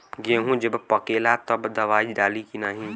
गेहूँ जब पकेला तब दवाई डाली की नाही?